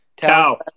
Tao